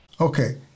Okay